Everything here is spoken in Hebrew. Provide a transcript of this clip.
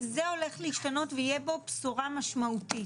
זה הולך להשתנות ויהיה בו בשורה משמעותית.